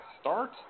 start